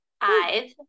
Ive